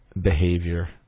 behavior